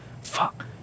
fuck